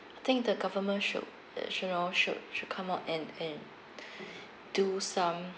I think the government should uh you know should should come out and and do some